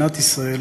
אדוני היושב-ראש,